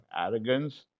arrogance